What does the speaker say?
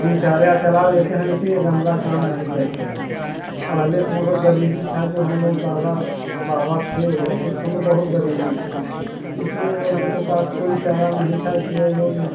दिनचर्या चला लेते हैं लेकिन ये गंदा काम नहीं करते हैं पहले तो मतलब गरीबी था जो हम लोग दादा बाबा थे उस समय बहुत गरीबी था इसलिए उन लोगों के पास कोई चारा नहीं था इसलिए वो लोग इस